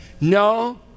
No